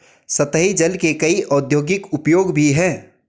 सतही जल के कई औद्योगिक उपयोग भी हैं